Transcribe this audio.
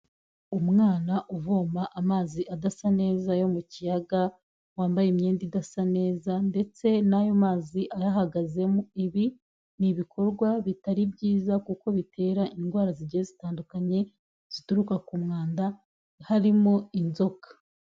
Umwana uvoma amazi adasa neza yo mu kiyaga, wambaye imyenda idasa neza ndetse n'ayo mazi ayahagazemo, ibi ni ibikorwa bitari byiza kuko bitera indwara zigiye zitandukanye zituruka ku mwanda harimo inzoka.